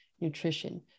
nutrition